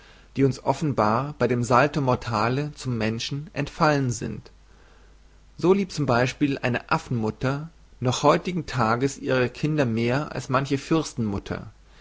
die uns offenbar bei dem salto mortale zum menschen entfallen sind so liebt z b eine affenmutter noch heutiges tages ihre kinder mehr als manche